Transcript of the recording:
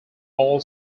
all